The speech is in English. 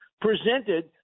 presented